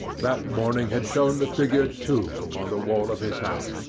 that morning had shown the figure two upon the wall of his house,